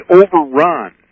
overrun